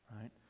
Right